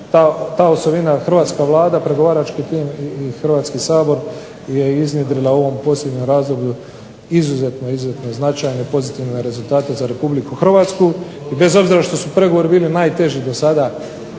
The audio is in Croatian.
ta osovina, hrvatska Vlada pregovarački tim i Hrvatski sabor je iznjedrila u ovom posljednjem razdoblju izuzetno, izuzetno značajne pozitivne rezultate za Republiku Hrvatsku. I bez obzira što su pregovori bili najteži do sada